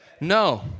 no